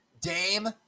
Dame